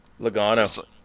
Logano